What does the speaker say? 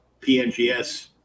PNGS